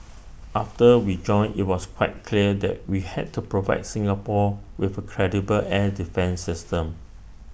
after we joined IT was quite clear that we had to provide Singapore with A credible air defence system